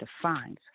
defines